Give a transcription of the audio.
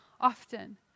often